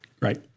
Right